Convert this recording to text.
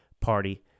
Party